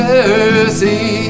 Jersey